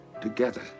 together